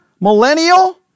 millennial